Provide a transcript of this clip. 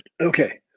Okay